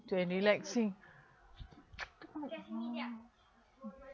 to and relaxing